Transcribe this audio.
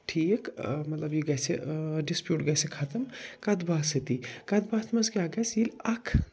ٹھیٖک آ مطلب یہِ گَژھِ ڈِسپیٛوٗٹ گَژھِ ختم کتھ بات سۭتی کتھ باتھِ منٛز کیٛاہ گَژھِ ییٚلہِ اکھ